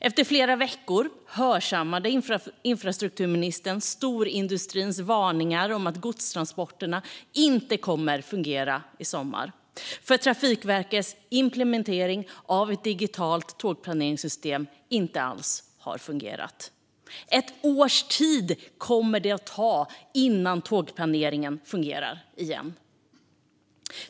Efter flera veckor hörsammade infrastrukturministern storindustrins varningar om att godstransporterna inte kommer att fungera i sommar, för Trafikverkets implementering av ett digitalt tågplaneringsystem har inte alls fungerat. Ett års tid kommer det att ta innan tågplaneringen fungerar igen.